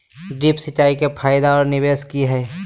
Drip सिंचाई के फायदे और निवेस कि हैय?